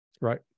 right